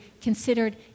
considered